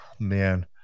Man